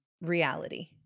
reality